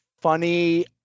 Funny